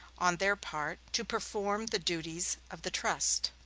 on their part, to perform the duties of the trust.